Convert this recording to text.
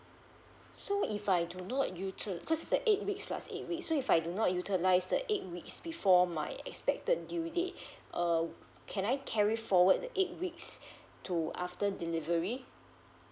so if I do not uti~ cos' the eight weeks plus eight week so if I do not utilize the eight weeks before my expected due day um can I carry forward the eight weeks to after delivery